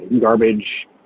garbage